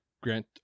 Grant